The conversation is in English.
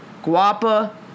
Guapa